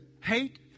hate